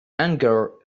anger